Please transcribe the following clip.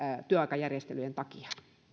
työaikajärjestelyjen takia